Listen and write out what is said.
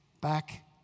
back